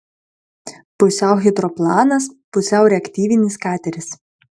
pusiau hidroplanas pusiau reaktyvinis kateris